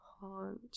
haunt